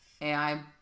AI